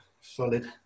solid